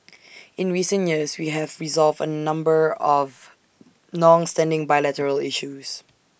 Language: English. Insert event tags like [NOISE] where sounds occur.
[NOISE] in recent years we have resolved A number of longstanding bilateral issues